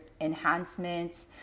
enhancements